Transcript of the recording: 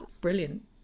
brilliant